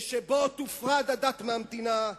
ובו תופרד הדת מהמדינה,